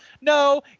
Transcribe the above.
No